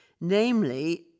namely